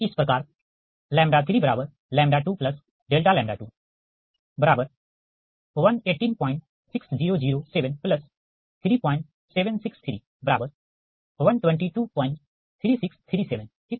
इस प्रकार 118600737631223637ठीक